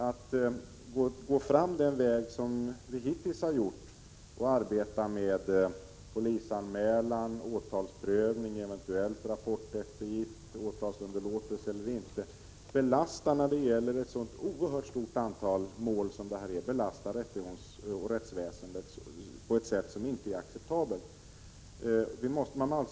Att gå fram på den väg som vi hittills följt och arbeta med polisanmälan, åtalsprövning, eventuellt rapporteftergift eller åtalsunderlåtelse belastar rättsväsendet på ett sätt som inte är acceptabelt när det gäller ett så stort antal mål som i detta fall.